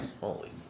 holy